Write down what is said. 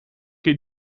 che